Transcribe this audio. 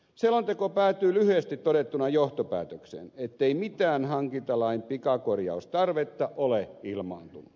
selonteko päätyy lyhyesti todettuna johtopäätökseen ettei mitään hankintalain pikakorjaustarvetta ole ilmaantunut